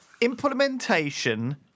implementation